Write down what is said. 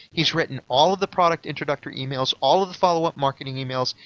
he's written all of the product introductory emails, all of the follow up marketing emails,